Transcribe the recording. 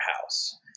house